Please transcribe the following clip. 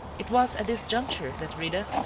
it was at this juncture that rita,